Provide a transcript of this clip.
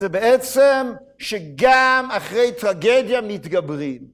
זה בעצם שגם אחרי טרגדיה מתגברים.